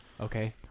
Okay